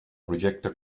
projecte